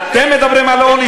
אתם מדברים על עוני,